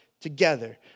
together